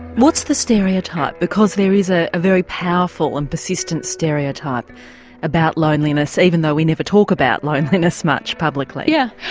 what's the stereotype, because there is a very powerful and persistent stereotype about loneliness even though we never talk about loneliness much publicly? yeah,